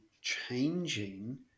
changing